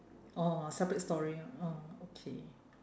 orh separate story orh okay